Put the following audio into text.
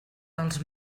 dels